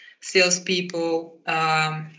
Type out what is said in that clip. salespeople